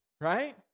right